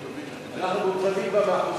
7). סעיף 1 נתקבל.